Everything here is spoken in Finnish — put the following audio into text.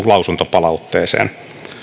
lausuntopalautteeseen